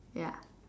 ya